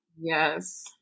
Yes